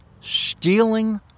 stealing